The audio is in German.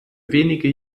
wenige